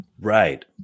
Right